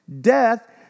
death